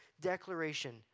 declaration